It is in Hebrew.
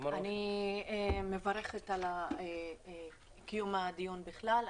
אני מברכת על קיום הדיון בכלל.